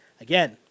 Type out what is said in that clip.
again